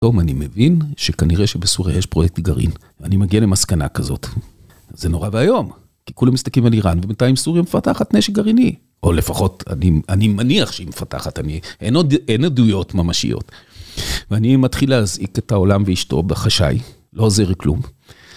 היום אני מבין שכנראה שבסוריה יש פרויקט גרעין ואני מגיע למסקנה כזאת זה נורא ואיום כי כולם מסתכלים על איראן ובינתיים סוריה מפתחת נשק גרעיני או לפחות אני מניח שהיא מפתחת, אין עדויות ממשיות ואני מתחיל להזעיק את העולם ואשתו בחשאי, לא עוזר כלום